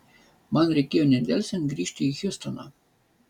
man reikėjo nedelsiant grįžti į hjustoną